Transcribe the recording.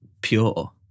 pure